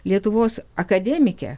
lietuvos akademikę